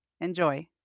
Enjoy